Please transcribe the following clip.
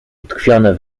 utkwione